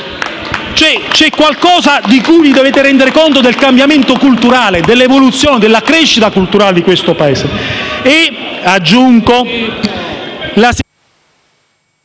C'è qualcosa di cui vi dovete rendere conto: del cambiamento culturale, dell'evoluzione e della crescita culturale di questo Paese.